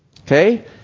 okay